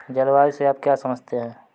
जलवायु से आप क्या समझते हैं?